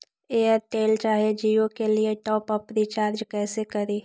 Airtel चाहे जियो के लिए टॉप अप रिचार्ज़ कैसे करी?